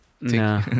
No